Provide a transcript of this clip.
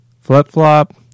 flip-flop